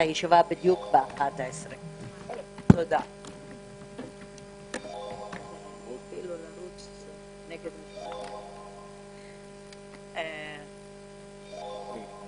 הישיבה ננעלה בשעה 11:00.